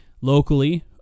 locally